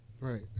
Right